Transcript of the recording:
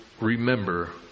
remember